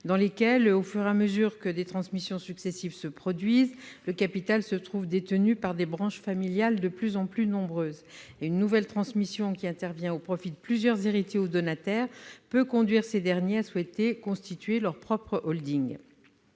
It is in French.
dans lesquels, au fur et à mesure que des transmissions successives se produisent, le capital se trouve détenu par des branches familiales de plus en plus nombreuses. Une nouvelle transmission qui intervient au profit de plusieurs héritiers ou donataires peut conduire ces derniers à souhaiter constituer leur propre holding.